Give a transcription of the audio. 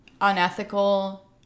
unethical